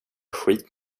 skit